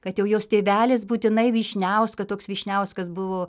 kad jau jos tėvelis būtinai vyšniauską toks vyšniauskas buvo